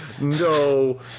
no